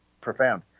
profound